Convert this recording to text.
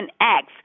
acts